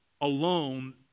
alone